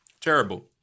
terrible